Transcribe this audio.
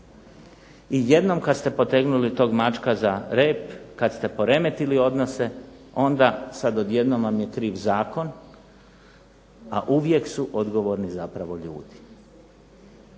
i jednom kad ste potegnuli tog mačka za rep, kad ste poremetili odnose onda sad odjednom vam je kriv zakon, a uvijek su odgovorni zapravo ljudi.